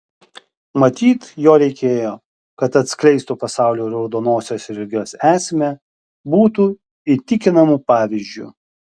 matyt jo reikėjo kad atskleistų pasauliui raudonosios religijos esmę būtų įtikinamu pavyzdžiu